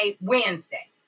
Wednesday